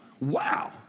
Wow